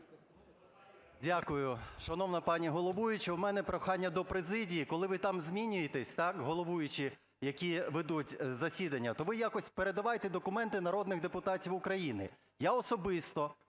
Дякую. Шановна пані головуюча. У мене прохання до президії, коли ви там змінюєтесь, головуючі, які ведуть засідання, то ви якось передавайте документи народних депутатів України. Я особисто